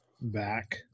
back